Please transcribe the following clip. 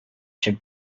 should